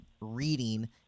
reading